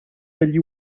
degli